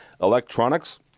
Electronics